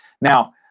Now